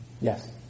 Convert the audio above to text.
Yes